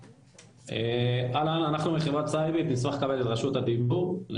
אסיף איזק מחוף הכרמל, בבקשה בזום.